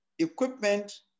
Equipment